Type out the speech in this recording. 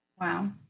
Wow